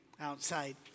outside